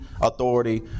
authority